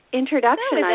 introduction